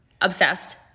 obsessed